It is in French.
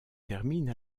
termine